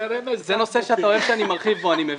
זה נושא שאתה אוהב שאני מרחיב בו, אני מבין.